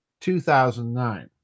2009